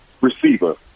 receiver